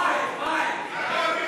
ביי ביי.